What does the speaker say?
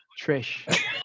Trish